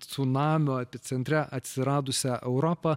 cunamio epicentre atsiradusią europą